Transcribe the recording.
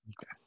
Okay